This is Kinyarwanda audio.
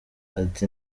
ati